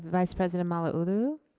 ah vice president malauulu.